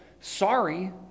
sorry